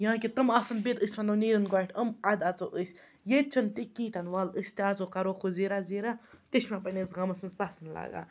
یا کہِ تِم آسَن بِہِتھ أسۍ وَنو نیٖرِن گۄڈٕنٮ۪تھ یِم اَدٕ اَژو أسۍ ییٚتہِ چھَنہٕ تہِ کِہیٖنۍ تہِ نہٕ وَلہٕ أسۍ تہِ اَژو کَروکھ وۄنۍ زیٖرا زیٖرا تہِ چھِ مےٚ پَنٛنِس گامَس منٛز پَسنٛد لگان